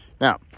Now